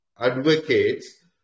advocates